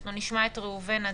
נשמע את ראובן אדרעי.